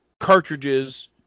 cartridges